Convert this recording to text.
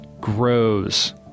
grows